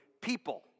people